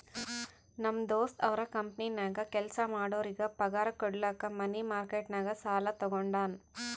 ನಮ್ ದೋಸ್ತ ಅವ್ರ ಕಂಪನಿನಾಗ್ ಕೆಲ್ಸಾ ಮಾಡೋರಿಗ್ ಪಗಾರ್ ಕುಡ್ಲಕ್ ಮನಿ ಮಾರ್ಕೆಟ್ ನಾಗ್ ಸಾಲಾ ತಗೊಂಡಾನ್